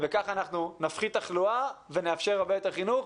ובכך אנחנו נפחית תחלואה ונאפשר הרבה יותר חינוך.